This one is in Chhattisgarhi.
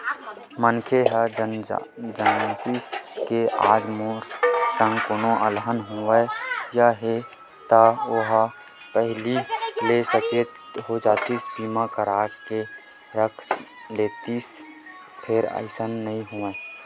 मनखे ह जानतिस के आज मोर संग कोनो अलहन होवइया हे ता ओहा पहिली ले सचेत हो जातिस बीमा करा के रख लेतिस फेर अइसन नइ होवय